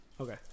Okay